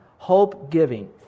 Hope-giving